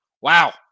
Wow